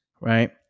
right